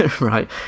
right